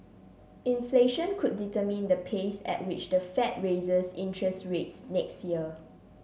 inflation could determine the pace at which the Fed raises interest rates next year